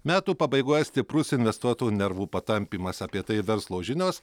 metų pabaigoje stiprus investuotojų nervų patampymas apie tai verslo žinios